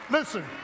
Listen